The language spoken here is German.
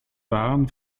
waren